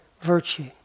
virtue